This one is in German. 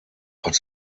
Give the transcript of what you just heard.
hat